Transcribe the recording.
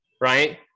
right